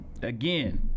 Again